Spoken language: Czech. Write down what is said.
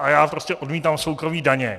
A já prostě odmítám soukromé daně.